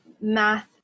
math